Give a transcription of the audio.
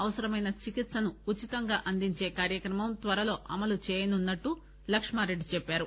అవసరమైన చికిత్సను ఉచితంగా అందించే కార్యక్రమం త్వరలో అమలు చేయనున్నట్లు లక్మారెడ్డి చెప్పారు